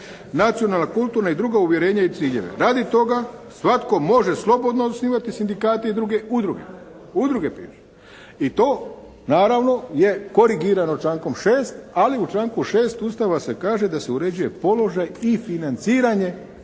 nacionalna, kulturna i druga uvjerenja i ciljeve. Radi toga svatko može slobodno osnivati sindikate i druge udruge. Udruge piše. I to naravno je korigirano člankom 6. ali u članku 6. Ustava se kaže da se uređuje položaj i financiranje